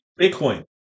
Bitcoin